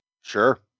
Sure